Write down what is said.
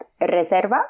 Reserva